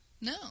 No